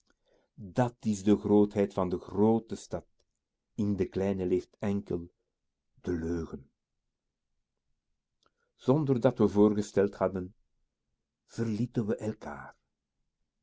dat is de grootheid van de groote stad in de kleine leeft enkel de leugen zonder dat we voorgesteld hadden verlieten we elkaar